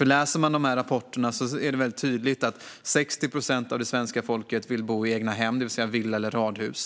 Läser man dessa rapporter är det mycket tydligt att 60 procent av det svenska folket vill bo i egnahem, det vill säga villa eller radhus.